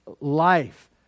life